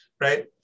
right